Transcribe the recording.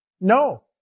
no